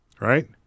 right